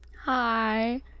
hi